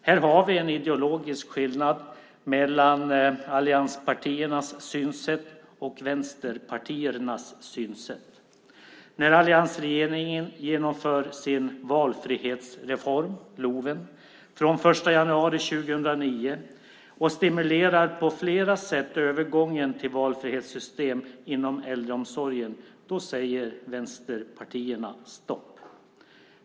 Här finns det en ideologisk skillnad mellan allianspartiernas och vänsterpartiernas synsätt. När alliansregeringen genomför sin valfrihetsreform, LOV:en, från den 1 januari 2009 och på flera sätt stimulerar övergången till valfrihetssystem inom äldreomsorgen säger vänsterpartierna stopp.